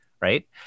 right